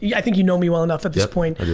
yeah i think you know me well enough at this point,